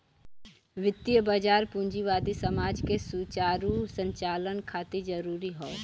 वित्तीय बाजार पूंजीवादी समाज के सुचारू संचालन खातिर जरूरी हौ